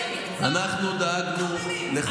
בדיוק.